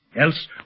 Else